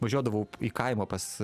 važiuodavau į kaimą pas